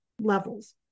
levels